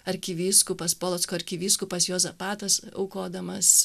arkivyskupas polocko arkivyskupas juozapatas aukodamas